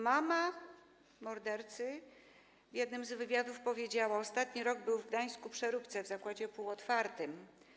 Mama mordercy w jednym z wywiadów powiedziała: Ostatni rok był w Gdańsku-Przeróbce, zakładzie półotwartym.